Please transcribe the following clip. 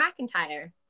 McIntyre